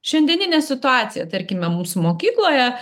šiandieninė situacija tarkime mūsų mokykloje